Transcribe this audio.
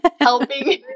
helping